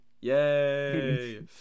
Yay